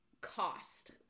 cost